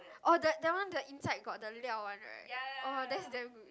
orh the that one the inside got the 料 one right oh that's damn good